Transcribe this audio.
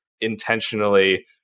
intentionally